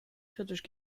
kritisch